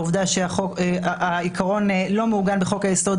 העובדה שהעיקרון לא מעוגן בחוק היסוד,